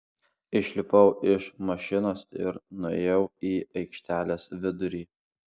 išlipau iš mašinos ir nuėjau į aikštelės vidurį